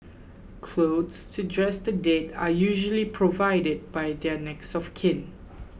clothes to dress the dead are usually provided by their next of kin